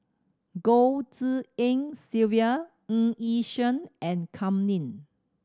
Goh Tshin En Sylvia Ng Yi Sheng and Kam Ning